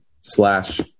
slash